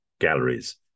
galleries